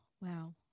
wow